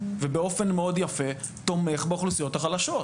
ובאופן מאוד יפה תומך באוכלוסיות החלשות,